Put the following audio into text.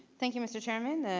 thank you, mr. chairman.